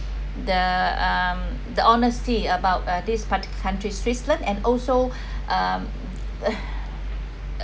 the um the honesty about uh this particular countries switzerland and also um